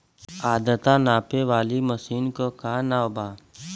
आद्रता नापे वाली मशीन क का नाव बा?